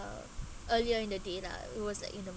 uh earlier in the day lah it was like you know